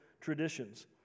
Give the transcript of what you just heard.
traditions